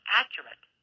accurate